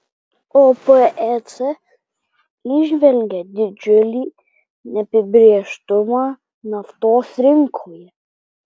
opec įžvelgia didžiulį neapibrėžtumą naftos rinkoje